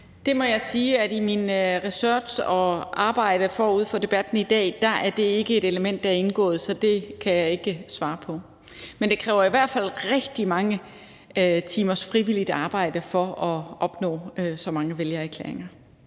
Jeg må sige, at i min research og mit arbejde forud for debatten i dag er det ikke et element, der er indgået, så det kan jeg ikke svare på. Men det kræver i hvert fald rigtig mange timers frivilligt arbejde at opnå så mange vælgererklæringer.